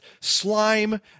slime